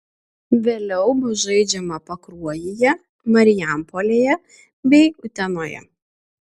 vėliau bus žaidžiama pakruojyje marijampolėje bei utenoje